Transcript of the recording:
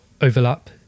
overlap